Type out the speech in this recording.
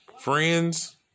friends